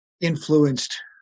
influenced